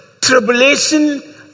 tribulation